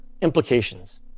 implications